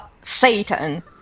Satan